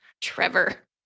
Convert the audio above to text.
Trevor